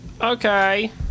Okay